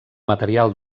material